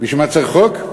בשביל מה צריך את החוק הזה?